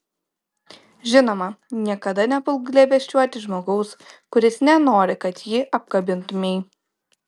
žinoma niekada nepulk glėbesčiuoti žmogaus kuris nenori kad jį apkabintumei